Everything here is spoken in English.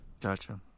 Gotcha